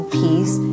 peace